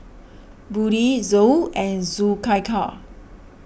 Budi Zul and Zulaikha